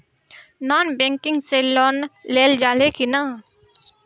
Non banking से loan लेल जा ले कि ना?